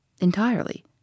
Entirely